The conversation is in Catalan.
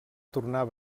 tornar